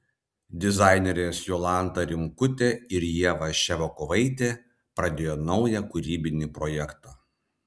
dizainerės jolanta rimkutė ir ieva ševiakovaitė pradėjo naują kūrybinį projektą